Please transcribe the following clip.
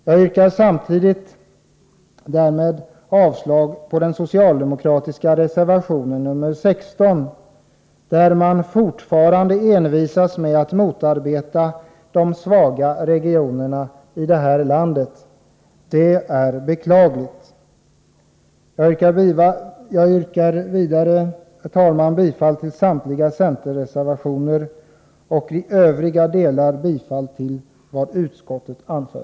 Jag yrkar samtidigt avslag på den socialdemokratiska reservationen nr 16, där reservanterna envisas med att motarbeta de svaga regionerna här i landet. Det är beklagligt! Jag yrkar vidare, herr talman, bifall till samtliga centerreservationer och i övriga delar bifall till vad utskottet anför.